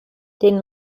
den